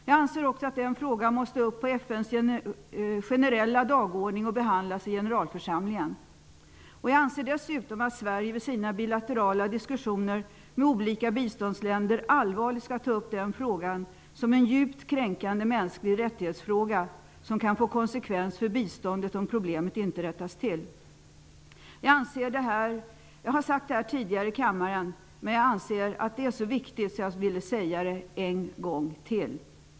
Jag anser också att den frågan måste upp på FN:s generella dagordning och behandlas i generalförsamlingen. Jag anser dessutom att Sverige under sina bilaterala diskussioner med olika biståndsländer allvarligt skall ta upp den frågan som en djupt kränkande mänsklig rättighetsfråga, som kan få konsekvenser för biståndet om problemet inte rättas till. Jag har sagt detta tidigare i kammaren, men jag anser att det är så viktigt att jag ville säga det en gång till.